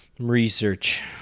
Research